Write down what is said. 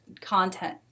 content